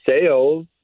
sales